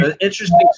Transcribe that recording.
Interesting